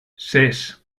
ses